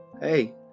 hey